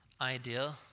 idea